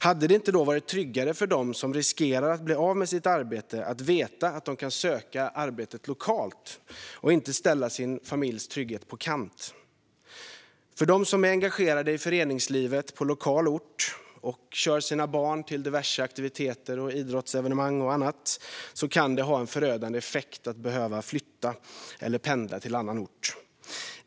Hade det inte varit tryggare för dem som riskerar att bli av med sitt arbete att veta att de kan söka arbete lokalt och inte behöver ställa sin familjs trygghet på kant? För dem som är engagerade i föreningslivet på lokal ort och kör sina barn till diverse aktiviteter, idrottsevenemang och annat kan det ha en förödande effekt att behöva flytta eller pendla till annan ort.